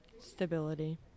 Stability